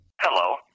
Hello